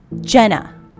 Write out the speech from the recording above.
Jenna